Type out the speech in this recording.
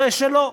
זה שלו,